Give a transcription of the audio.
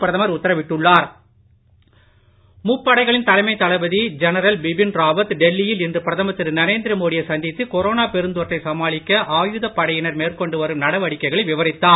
பிரதமர் முப்படைதளபதி முப்படைகளின் தலைமை தளபதி ஜெனரல் பிபின் ராவத் டெல்லியில் இன்று பிரதமர் திரு நரேந்திர மோடியை சந்தித்து கொரோனா பெருந்தொற்றை சமாளிக்க ஆயுதப் படையினர் மேற்கொண்டு வரும் நடவடிக்கைகளை விவரித்தார்